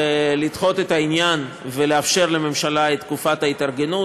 לדחות את העניין ולאפשר לממשלה את תקופת ההתארגנות.